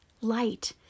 light